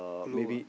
blue ah